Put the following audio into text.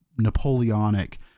Napoleonic